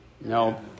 No